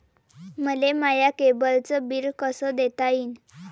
मले माया केबलचं बिल कस देता येईन?